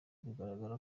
biragaragara